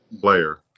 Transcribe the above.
player